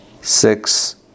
six